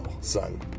son